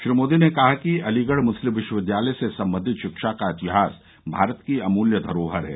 श्री मोदी ने कहा कि अलीगढ मुस्लिम विश्वविद्यालय से संबंधित शिक्षा का इतिहास भारत की अमूल्य धरोहर है